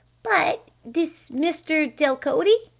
but this mr. delcote?